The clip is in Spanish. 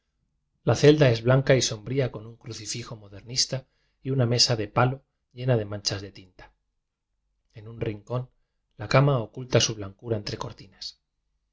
la celda es blanca y sombría con un crucifijo modernista y una mesa de palo fiena de manchas de tinta en un rincón la eama oculta su blancura entre cortinas